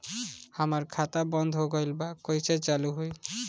हमार खाता बंद हो गइल बा कइसे चालू होई?